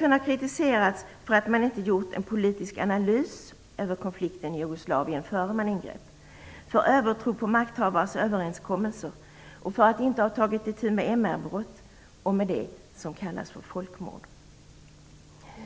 FN har kritiserats för att man inte gjort en politisk analys över konflikten i Jugoslavien innan man ingrep, för övertro på makthavares överenskommelser, för att inte ha tagit itu med MR-brott och med det som kallas för folkmord.